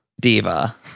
diva